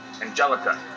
Angelica